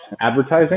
advertising